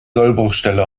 sollbruchstelle